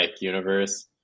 universe